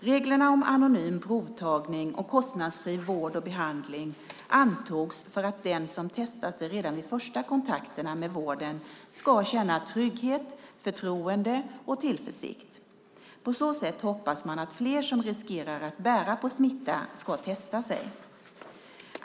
Reglerna om anonym provtagning och kostnadsfri vård och behandling antogs för att den som testar sig redan vid de första kontakterna med vården ska känna trygghet, förtroende och tillförsikt. På så sätt hoppas man att fler som riskerar att bära på smitta ska testa sig.